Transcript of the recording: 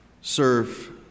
serve